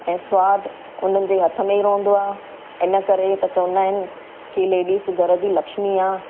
ऐं सवादु उन्हनि जे हथ में ई रहंदो आहे इन करे त चवंदा आहिनि कि लेडीस घर जी लक्ष्मी आहे